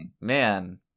man